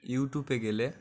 ইউটিউবে গেলে